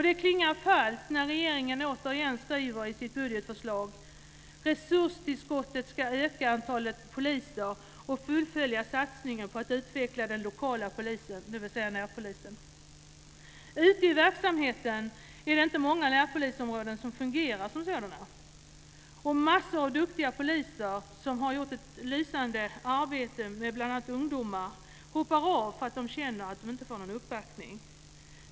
Det klingar falskt när regeringen återigen skriver i sitt budgetförslag: "Resurstillskottet skall användas till att öka antalet poliser och fullfölja satsningen på att utveckla den lokala polisen - närpolisreformen." Det är inte många närpolisområden ute i verksamheten som verkligen fungerar som sådana. Massor av duktiga poliser, som har gjort ett lysande arbete med bl.a. ungdomar, hoppar av för att de känner att de inte får någon uppbackning.